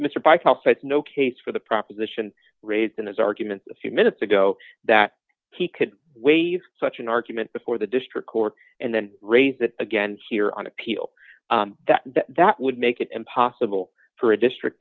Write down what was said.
said no case for the proposition raised in his argument a few minutes ago that he could waive such an argument before the district court and then raise that again here on appeal that that would make it impossible for a district